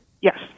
Yes